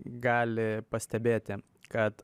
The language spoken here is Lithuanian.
gali pastebėti kad